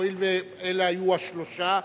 הואיל ואלה היו השלושה,